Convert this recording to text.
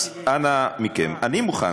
אז אנא מכם, אני מוכן